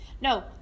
no